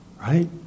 Right